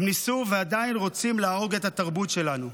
הם ניסו ועדיין רוצים להרוג את התרבות שלנו.